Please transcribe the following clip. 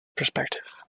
perspective